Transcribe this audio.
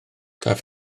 caiff